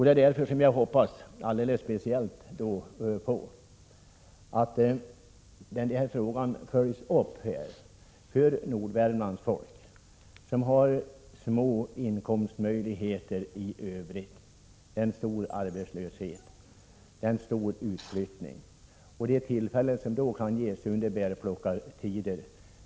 I den här delen av landet har man en stor arbetslöshet och en stor utflyttning, och de som bor där har små inkomstmöjligheter. Vi måste därför förstå hur viktigt det är för dem att kunna ta vara på de tillfällen till extra inkomster som de kan få under bärplockningstider.